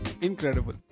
incredible